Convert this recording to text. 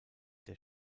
der